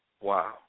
Wow